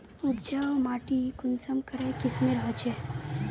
उपजाऊ माटी कुंसम करे किस्मेर होचए?